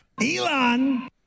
elon